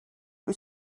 was